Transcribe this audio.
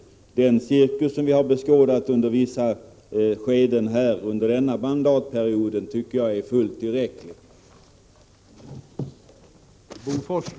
Att se den cirkus som vi har beskådat under vissa skeden av denna mandatperiod tycker jag är fullt tillräckligt.